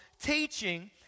teaching